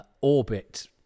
orbit